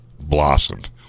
blossomed